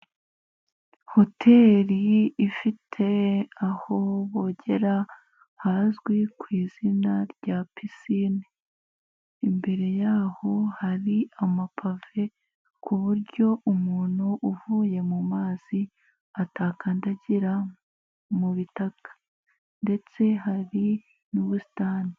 Hoteri ifite aho bogera hazwi ku izina rya pisine, imbere yaho hari amapave ku buryo umuntu uvuye mu mazi atakandagira mu bitaka, ndetse hari n'ubusitani.